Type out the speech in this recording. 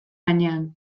gainean